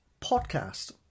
podcast